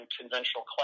conventional